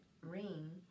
ring